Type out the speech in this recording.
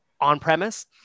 on-premise